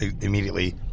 immediately